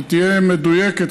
שתהיה מדויקת.